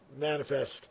manifest